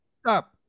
Stop